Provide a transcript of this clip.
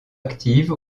active